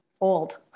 old